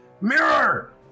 Mirror